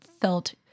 felt